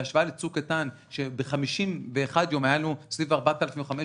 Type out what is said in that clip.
בהשוואה ל"צוק איתן" שב-51 ימים היו לנו סביב 4,500,